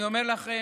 אני אומר לכם